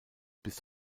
bis